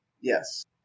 yes